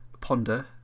Ponder